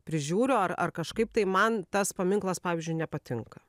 prižiūriu ar ar kažkaip tai man tas paminklas pavyzdžiui nepatinka